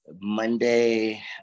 Monday